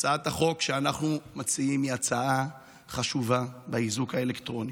שאנחנו מציעים היא הצעה חשובה, האיזוק האלקטרוני,